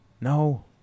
No